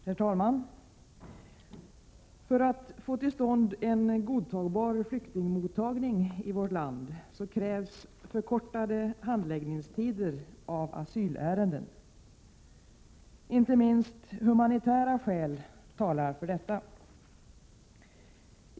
Herr talman! För att få till stånd en godtagbar flyktingmottagning i vårt land krävs förkortade handläggningstider av asylärenden. Inte minst humanitära skäl talar för detta.